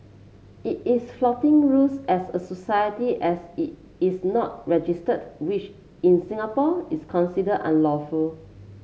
it is flouting rules as a society as it is not registered which in Singapore is considered unlawful